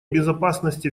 безопасности